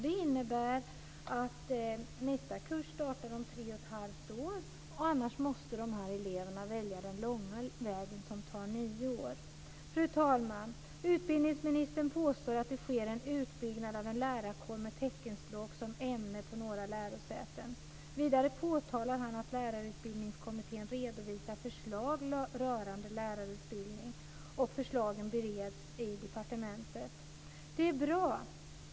Det innebär att nästa kurs startar om tre och ett halvt år. Annars måste dessa elever välja den långa vägen som tar nio år. Fru talman! Utbildningsministern påstår att det sker en utbyggnad av en lärarkår med teckenspråk som ämne på några lärosäten. Vidare påtalar han att Lärarutbildningskommittén redovisar förslag rörande lärarutbildning som bereds i departementet. Det är bra.